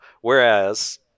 Whereas